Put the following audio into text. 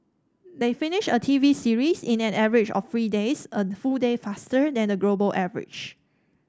they finish a T V series in an average of three days a full day faster than the global average